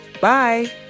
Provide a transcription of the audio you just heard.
Bye